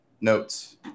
Notes